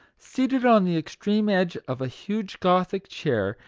seated on the extreme edge of a huge gothic chair,